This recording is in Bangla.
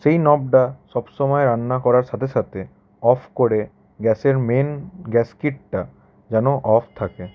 সেই নবডা সব সময় রান্না করার সাথে সাথে অফ করে গ্যাসের মেন গ্যাস কিটটা যেন অফ থাকে